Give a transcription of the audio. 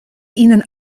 ihnen